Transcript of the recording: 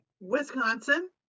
wisconsin